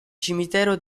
cimitero